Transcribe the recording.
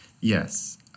Yes